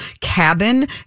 cabin